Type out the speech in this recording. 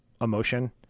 emotion